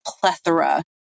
plethora